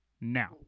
Now